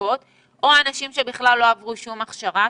ומוצדקות או אנשים שבכלל לא עברו שום הכשרה,